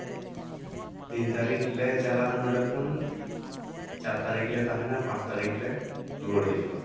ᱛᱤᱱ ᱛᱟᱨᱤᱠᱷ ᱞᱮ ᱪᱟᱞᱟᱜᱼᱟ ᱱᱚᱸᱰᱮ ᱠᱷᱚᱱ ᱪᱟᱨ ᱛᱟᱨᱤᱠᱷ ᱞᱮ ᱛᱟᱦᱮᱱᱟ ᱯᱟᱸᱪ ᱛᱟᱨᱤᱠᱷ ᱞᱮ ᱨᱩᱣᱟᱹᱲ ᱦᱤᱡᱩᱜᱼᱟ